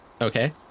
Okay